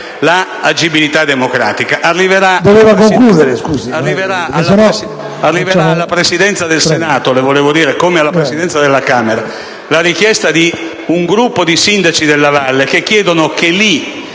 l'agibilità democratica. Arriverà alla Presidenza del Senato, come alla Presidenza della Camera, la richiesta di un gruppo di sindaci della valle che chiedono che le